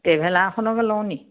traveller এখনকে লওঁ নি